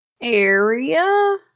area